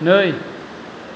नै